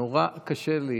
נורא קשה לי